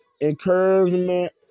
encouragement